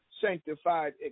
sanctified